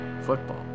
football